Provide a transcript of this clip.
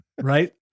Right